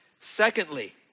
Secondly